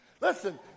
Listen